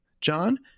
John